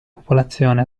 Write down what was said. popolazione